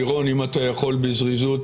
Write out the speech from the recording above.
לירון, האם אתה יכול בזריזות